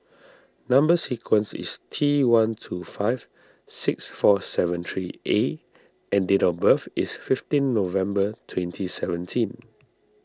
Number Sequence is T one two five six four seven three A and date of birth is fifteen November twenty seventeen